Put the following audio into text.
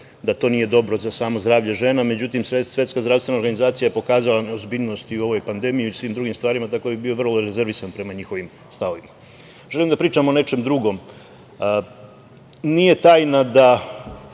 da to nije dobro za samo zdravlje žena. Međutim, SZO je pokazala neozbiljnost i u ovoj pandemiji i u svim drugim stvarima, tako da bih bio vrlo rezervisan prema njihovim stavovima. Želim da pričam o nečem drugom. Nije tajna da